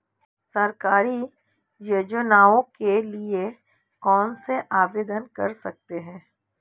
सरकारी योजनाओं के लिए कैसे आवेदन कर सकते हैं?